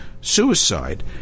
suicide